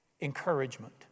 encouragement